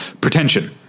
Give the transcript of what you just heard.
pretension